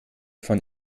von